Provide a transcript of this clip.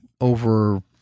over